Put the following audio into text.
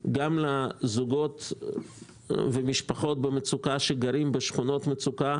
אלא גם לזוגות ולמשפחות במצוקה שגרים בשכונות מצוקה.